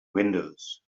windows